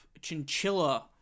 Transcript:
chinchilla